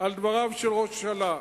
על דבריו של ראש הממשלה.